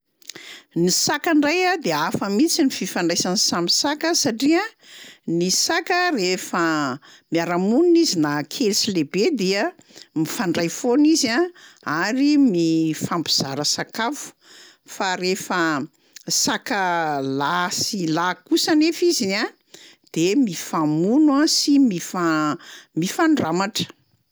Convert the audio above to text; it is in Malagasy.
Ny saka ndray a de hafa mihitsy ny fifandraisan'ny samy saka satria ny saka rehefa miara-monina izy na kely sy lehibe dia mifandray foana izy a ary mifampizara sakafo, fa rehefa saka lahy sy lahy kosa nefa izy a de mifamono a sy mifa- mifandramatra.